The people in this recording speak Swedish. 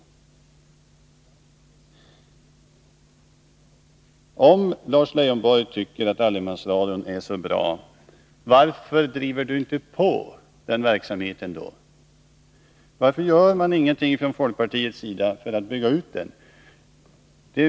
Nr 162 Om Lars Lejonborg tycker att allemansradion är så bra, varför driver ni då Onsdagen den inte på den verksamheten? Varför gör man ingenting från folkpartiet för att 2 juni 1982 bygga ut allemansradion?